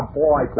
boy